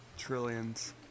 Trillions